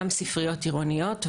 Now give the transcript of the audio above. גם ספריות עירוניות,